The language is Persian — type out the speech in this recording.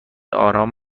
آرام